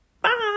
bye